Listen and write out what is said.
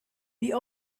wie